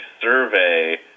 survey